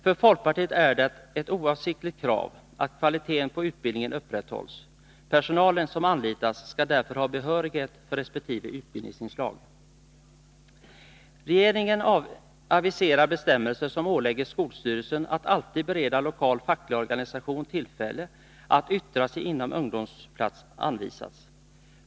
För folkpartiet är det ett oavvisligt krav att kvaliteten på utbildningen upprätthålls. Personalen som anlitas skall därför ha behörighet för resp. utbildningsinslag. Regeringen aviserar bestämmelser som ålägger skolstyrelsen att alltid bereda lokal facklig organisation tillfälle att yttra sig innan ungdomsplats anvisas.